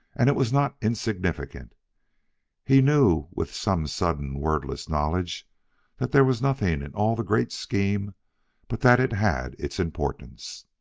and it was not insignificant he knew with some sudden wordless knowledge that there was nothing in all the great scheme but that it had its importance.